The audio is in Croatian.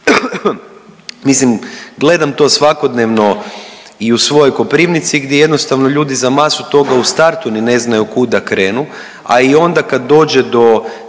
Mislim, gledam to svakodnevno i u svojoj Koprivnici gdje jednostavno ljudi za masu toga u startu ni ne znaju kud da krenu, a i onda kad dođe do